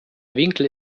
winkel